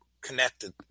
connected